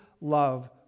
love